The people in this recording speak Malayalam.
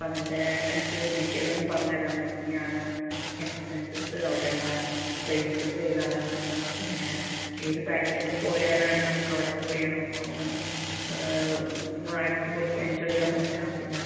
അതിൻ്റെ എനിക്ക് ഡീറ്റെയിൽ ഒന്ന് പറഞ്ഞുതരാമോ എങ്ങനെ ആണ് എക്സ്പെൻസസ്സ് അവിടെ ഉള്ള പ്ലേസസ്സ് ഏതാണ് പിന്ന ഏത് ടൈമിൽ ഒക്കെ പോയാലാണ് നമുക്ക് അവിടെ പോയാൽ നമുക്ക് ഒന്ന് ഒന്ന് അടിച്ച് പൊളിക്കാൻ എൻജോയ് ചെയ്യാൻ പറ്റുക പിന്നെ